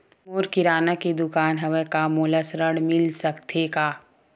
मोर किराना के दुकान हवय का मोला ऋण मिल सकथे का?